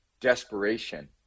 desperation